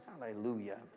Hallelujah